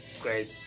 great